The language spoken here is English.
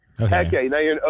Okay